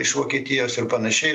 iš vokietijos ir panašiai